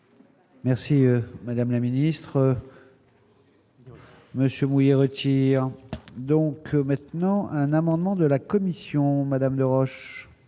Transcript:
Merci madame la ministre. Monsieur retire donc maintenant un amendement de la commission Madame Desroches